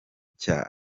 cya